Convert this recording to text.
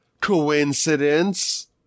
coincidence